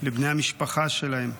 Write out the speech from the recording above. לבני המשפחה שלהם,